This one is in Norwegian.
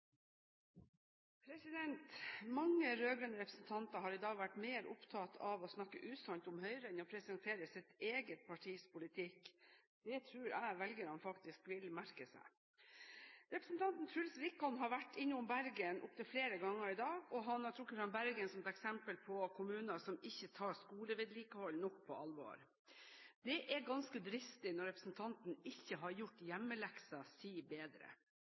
Mange rød-grønne representanter har i dag vært mer opptatt av å snakke usant om Høyre enn å presentere sitt eget partis politikk. Det tror jeg velgerne faktisk vil merke seg. Representanten Truls Wickholm har vært innom Bergen opptil flere ganger i dag, og han har trukket fram Bergen som et eksempel på en kommune som ikke tar skolevedlikehold nok på alvor. Det er ganske dristig når representanten ikke har gjort hjemmeleksen sin bedre.